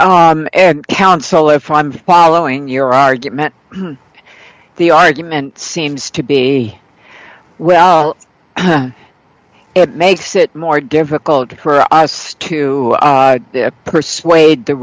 haven't counsel if i'm following your argument the argument seems to be well it makes it more difficult for us to persuade the